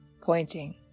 pointing